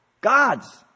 God's